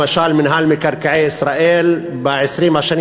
למשל מינהל מקרקעי ישראל ב-20 השנים